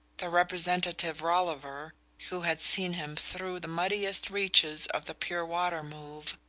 the representative rolliver who had seen him through the muddiest reaches of the pure water move,